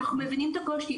אנחנו מבינים את הקושי,